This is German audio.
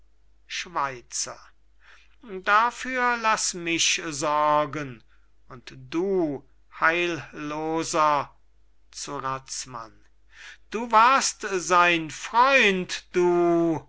schweizer dafür laß mich sorgen und du heilloser zu razmann du warst sein helfershelfer du